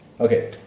Okay